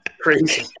Crazy